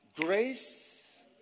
grace